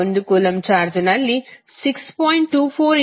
1 coulomb ಚಾರ್ಜ್ನಲ್ಲಿ 6